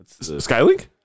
Skylink